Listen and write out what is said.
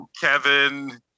Kevin